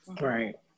Right